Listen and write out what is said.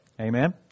Amen